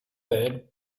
elle